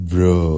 Bro